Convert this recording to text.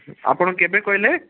ଆପଣ କେବେ କହିଲେ